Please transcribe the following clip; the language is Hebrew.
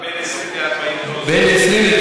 בין 20%